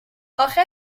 اخه